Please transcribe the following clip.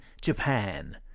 Japan